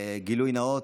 גילוי נאות,